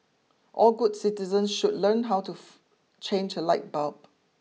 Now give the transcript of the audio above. all good citizens should learn how to change a light bulb